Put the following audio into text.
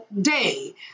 day